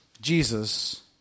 Jesus